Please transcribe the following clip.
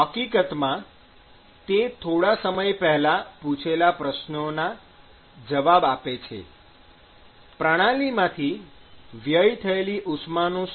હકીકતમાં તે થોડા સમય પહેલાં પૂછેલા પ્રશ્નોના જવાબ આપે છે પ્રણાલીમાંથી વ્યય થયેલી ઉષ્માનું શું